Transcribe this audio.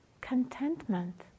contentment